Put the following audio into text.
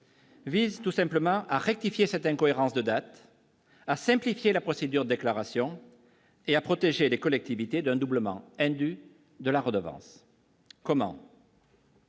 Vise tout simplement à rectifier cette incohérence de date à simplifier la procédure déclaration et à protéger les collectivités d'un doublement de la redevance comment.